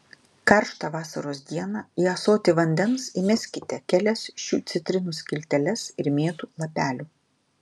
karštą vasaros dieną į ąsotį vandens įmeskite kelias šių citrinų skilteles ir mėtų lapelių